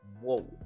whoa